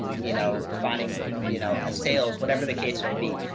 you know, finding, you know, a sales, whatever the case may be.